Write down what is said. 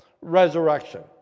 resurrection